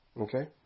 Okay